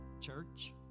church